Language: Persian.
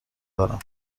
دارم